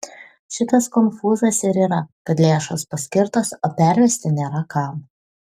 šitas konfūzas ir yra kad lėšos paskirtos o pervesti nėra kam